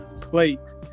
plate